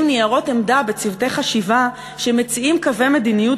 ניירות עמדה בצוותי חשיבה שמציעים קווי מדיניות